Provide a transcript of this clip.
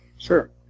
sure